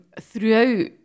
throughout